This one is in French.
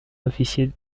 officier